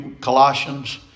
Colossians